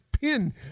pin